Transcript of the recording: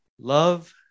love